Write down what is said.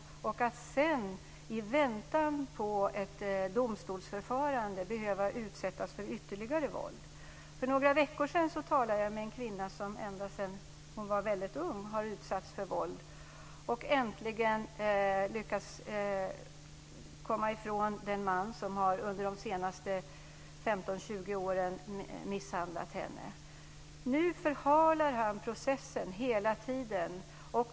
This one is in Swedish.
Sedan riskerar de i väntan på ett domstolsförfarande att behöva utsättas för ytterligare våld. För några veckor sedan talade jag med en kvinna som ända sedan hon var väldigt ung har utsatts för våld. Äntligen har hon lyckats komma ifrån den man som under de senaste 15-20 åren misshandlat henne. Nu förhalar han processen hela tiden.